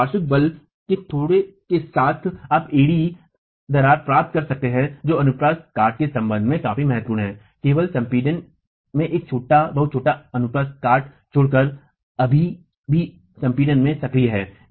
तो पार्श्व बल के थोड़ा के साथ आप एड़ी दरार प्राप्त कर सकते हैं जो अनुप्रस्थ काट के संबंध में काफी महत्वपूर्ण है केवल संपीड़न में एक बहुत छोटा अनुप्रस्थ काट छोड़कर अभी भी संपीड़न में सक्रिय है